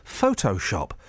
Photoshop